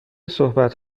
صحبت